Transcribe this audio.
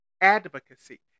advocacy